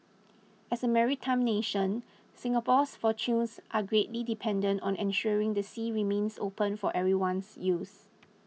as a maritime nation Singapore's fortunes are greatly dependent on ensuring the sea remains open for everyone's use